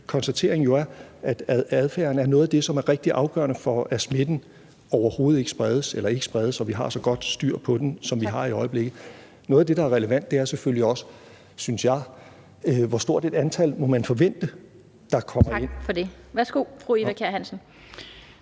konstateringen er jo, at adfærden er noget af det, som er rigtig afgørende for, at smitten ikke spredes, så vi har så godt styr på den, som vi har i øjeblikket. Noget af det, der er relevant, er selvfølgelig også, synes jeg, hvor stort et antal man må forvente, der kommer ind. Kl. 15:09 Den fg. formand